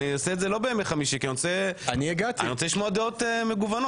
אני אקיים לא בימי חמישי כי אני רוצה לשמוע דעות מגוונות.